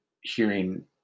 hearing